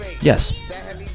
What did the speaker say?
yes